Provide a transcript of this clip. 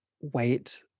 wait